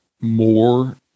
more